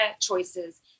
choices